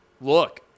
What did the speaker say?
look